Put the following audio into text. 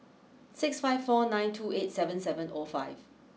six five four nine two eight seven seven O five